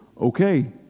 okay